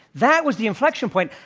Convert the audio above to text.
that was the inflection point.